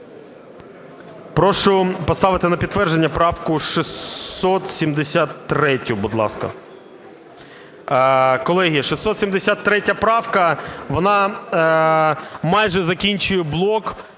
Прошу поставити на підтвердження правку 673, будь ласка. Колеги, 673 правка, вона майже закінчує блок